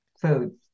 food